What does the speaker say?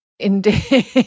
indeed